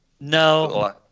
no